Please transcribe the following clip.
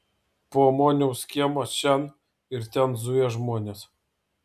po moniaus kiemą šen ir ten zuja žmonės